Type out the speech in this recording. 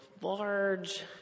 large